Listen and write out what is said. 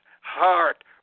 heart